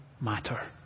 matter